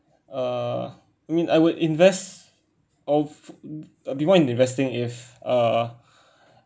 uh mean I would invest of I'll be more into investing if uh